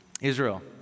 Israel